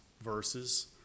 verses